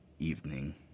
evening